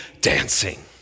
dancing